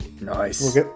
Nice